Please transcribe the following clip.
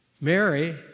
Mary